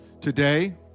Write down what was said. Today